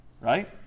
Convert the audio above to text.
right